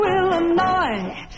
Illinois